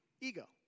ego